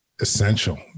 essential